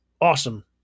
awesome